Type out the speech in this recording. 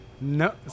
No